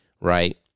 right